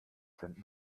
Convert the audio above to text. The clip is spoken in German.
sind